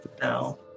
Now